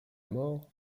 mort